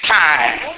time